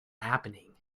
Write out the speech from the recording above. happening